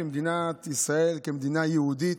כמדינת ישראל, כמדינה יהודית,